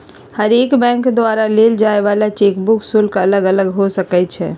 हरेक बैंक द्वारा लेल जाय वला चेक बुक शुल्क अलग अलग हो सकइ छै